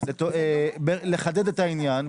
כדי לחדד את העניין,